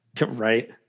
Right